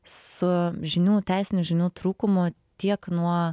su žinių teisinių žinių trūkumu tiek nuo